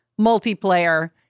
multiplayer